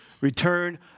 return